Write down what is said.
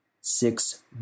Six